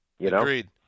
Agreed